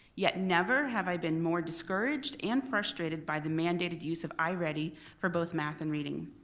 yet never have i been more discouraged and frustrated by the mandated use of iready for both math and reading.